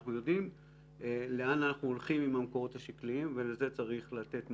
אנחנו יודעים לאן אנחנו הולכים עם המקורות השקליים ולזה צריך לתת מענה.